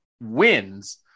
wins